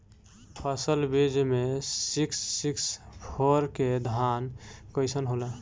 परमल बीज मे सिक्स सिक्स फोर के धान कईसन होला?